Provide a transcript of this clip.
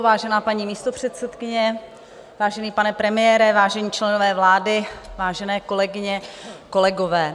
Vážená paní místopředsedkyně, vážený pane premiére, vážení členové vlády, vážené kolegyně, kolegové.